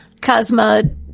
Cosma